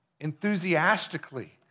enthusiastically